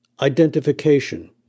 Identification